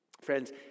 Friends